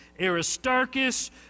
Aristarchus